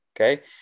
Okay